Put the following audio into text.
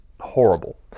horrible